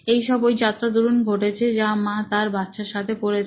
এইসব ওই যাত্রা দরুন ঘটেছে যা মা তার বাচ্চার সাথে করেছে